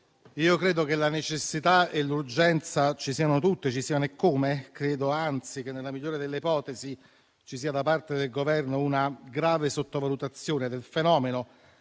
peraltro che la necessità e l'urgenza ci siano tutte, ci siano eccome. Credo anzi che, nella migliore delle ipotesi, ci sia da parte del Governo una grave sottovalutazione del fenomeno,